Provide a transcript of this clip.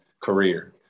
career